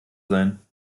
sein